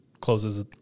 Closes